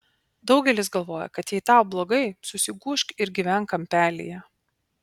daugelis galvoja kad jei tau blogai susigūžk ir gyvenk kampelyje